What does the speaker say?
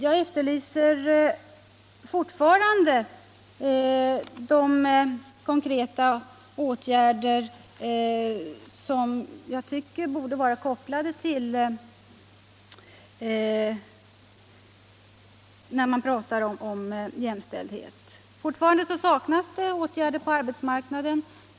Jag efterlyser fortfarande de konkreta åtgärder som jag tycker borde vara tillkopplade när man pratar om jämställdhet. Fortfarande saknas åtgärder på arbetsmarknaden.